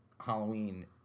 Halloween